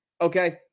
okay